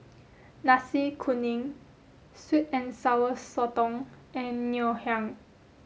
Nasi Kuning Sweet and Sour Sotong and Ngoh Hiang